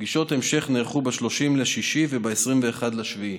פגישות המשך נערכו ב-30 ביוני וב-21 ביולי.